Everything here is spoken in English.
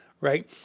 Right